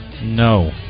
No